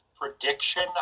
prediction